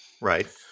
Right